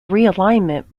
realignment